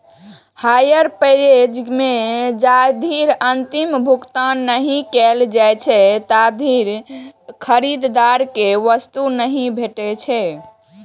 hire purchase मे जाधरि अंतिम भुगतान नहि कैल जाइ छै, ताधरि खरीदार कें वस्तु नहि भेटै छै